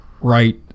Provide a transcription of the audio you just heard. right